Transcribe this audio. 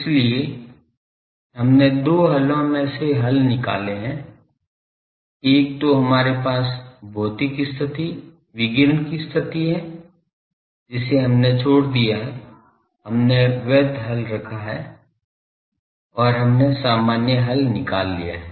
इसलिए हमने दो हलों में से हल निकाले हैं एक तो हमारे पास भौतिक स्थिति विकिरण की स्थिति है जिसे हमने छोड़ दिया है हमने वैध हल रखा है और हमने सामान्य हल निकाल लिया है